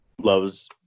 loves